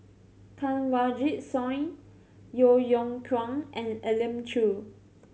Kanwaljit Soin Yeo Yeow Kwang and Elim Chew